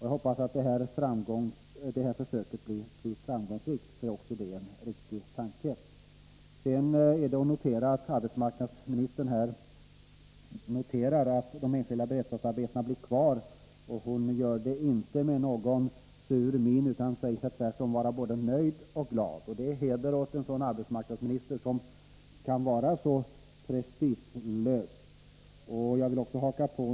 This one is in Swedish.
Jag hoppas att försöket blir framgångsrikt, för också det bygger på en riktig tanke. Vidare är att notera att arbetsmarknadsministern förklarar att de enskilda beredskapsarbetena blir kvar. Hon gör det inte med någon sur min utan säger sig tvärtom vara både nöjd och glad. Heder åt en arbetsmarknadsminister som kan vara så fri från prestige!